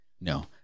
No